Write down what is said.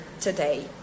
today